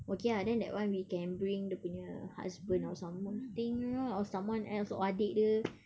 okay lah then that one we can bring dia punya husband or something you know or someone else or adik dia